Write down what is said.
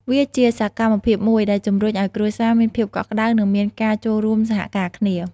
វាជាសកម្មភាពមួយដែលជំរុញឱ្យគ្រួសារមានភាពកក់ក្តៅ និងមានការចូលរួមសហការគ្នា។